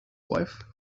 wife